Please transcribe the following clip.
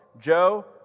Joe